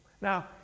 Now